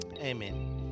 Amen